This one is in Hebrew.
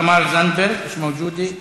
תמר זנדברג, מיש מאוג'ודי.